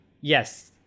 yes